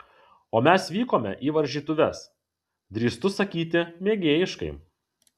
o mes vykome į varžytuves drįstu sakyti mėgėjiškai